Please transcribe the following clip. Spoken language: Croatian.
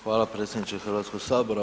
Hvala predsjedniče Hrvatskog sabora.